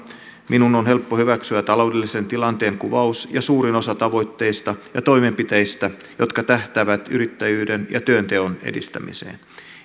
minun on helppo hyväksyä taloudellisen tilanteen kuvaus ja suurin osa tavoitteista ja toimenpiteistä jotka tähtäävät yrittäjyyden ja työnteon edistämiseen